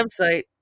website